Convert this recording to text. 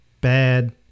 bad